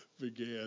began